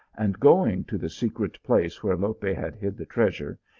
and going to the secret place where lope had hid the treasure,